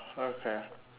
okay